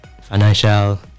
financial